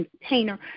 container